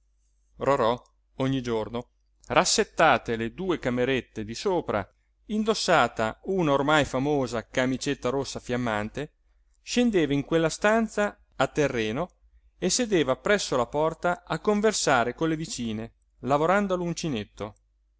rorò ogni giorno rassettate le due camerette di sopra indossata una ormai famosa camicetta rossa fiammante scendeva in quella stanza a terreno e sedeva presso la porta a conversare con le vicine lavorando